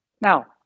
Now